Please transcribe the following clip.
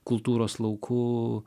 kultūros lauku